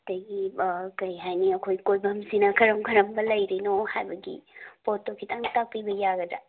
ꯑꯗꯒꯤ ꯀꯩ ꯍꯥꯏꯅꯤ ꯑꯩꯈꯣꯏ ꯀꯣꯏꯐꯝ ꯁꯤꯅ ꯀꯔꯝ ꯀꯔꯝꯕ ꯂꯩꯔꯤꯅꯣ ꯍꯥꯏꯕꯒꯤ ꯄꯣꯠꯇꯣ ꯈꯤꯇꯪ ꯇꯥꯛꯄꯤꯕ ꯌꯥꯒꯗ꯭ꯔꯥ